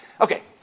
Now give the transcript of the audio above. Okay